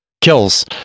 kills